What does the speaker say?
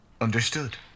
Understood